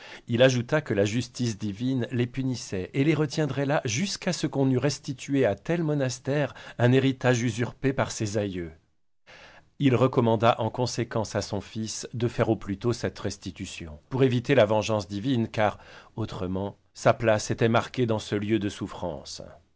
il ajouta que la justice divine les punissait et les retiendrait là jusqu'à ce qu'on eût restitué à tel monastère un héritage usurpé par ses ayeux il recommanda en conséquence à son fils de faire au plutôt cette restitution pour éviter la vengeance divine car autrement sa place était marquée dans ce lieu de souffrance